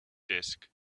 disk